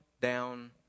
down